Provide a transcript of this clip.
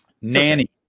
Nanny